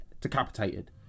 decapitated